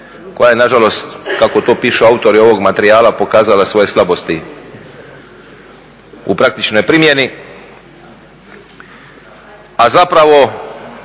koja je nažalost kako to pišu autori ovog materijala pokazala svoje slabosti u praktičnoj primjeni, a zapravo